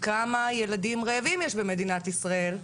כמה ילדים רעבים יש במדינת ישראל?